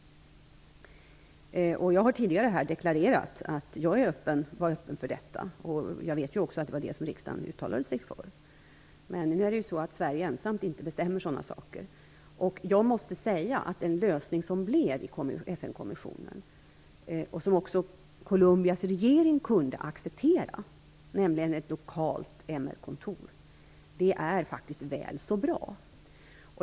Jag har här tidigare deklarerat att jag var öppen för detta. Jag vet också att riksdagen uttalade sig för det. Men Sverige bestämmer inte ensamt sådana saker. Den lösning som åstadkoms i FN-kommissionen med ett lokalt MR-kontor, och som också Colombias regering kunde acceptera, är väl så bra.